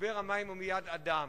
משבר המים הוא מיד אדם: